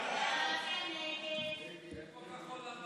של קבוצת סיעת ישראל ביתנו וקבוצת סיעת יש עתיד-תל"ם